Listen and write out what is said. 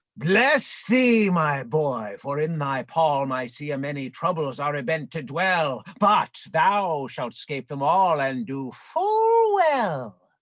bless thee my boy, boy, for in thy palm i see a many troubles are ybent to dwell, but thou shalt scape them all and do full well.